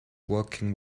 walking